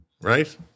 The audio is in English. right